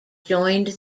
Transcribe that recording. joined